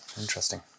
interesting